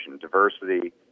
diversity